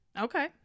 okay